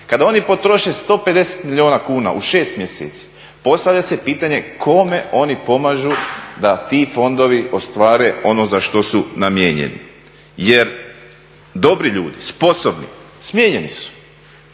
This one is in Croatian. kada oni potroše 150 milijuna kuna u 6 mjeseci, postavlja se pitanje kome oni pomažu da ti fondovi ostvare ono za što su namijenjeni jer dobri ljudi, sposobni, smijenjeni su